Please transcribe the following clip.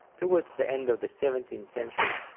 towards the end of the seventeenth century,